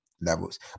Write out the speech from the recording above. levels